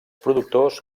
productors